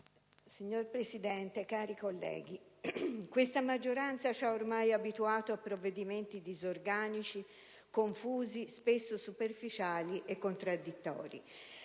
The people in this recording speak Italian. Signor Presidente, onorevoli colleghi, questa maggioranza ci ha ormai abituato a provvedimenti disorganici, confusi, spesso superficiali e contraddittori.